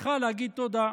מגדרך להגיד תודה.